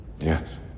Yes